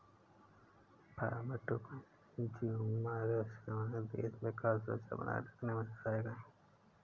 farmer to consumer सेवाएं देश में खाद्य सुरक्षा बनाए रखने में सहायक है